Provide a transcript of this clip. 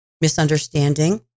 misunderstanding